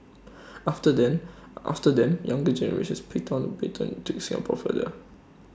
after them after them younger generations picked up baton took Singapore further